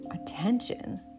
attention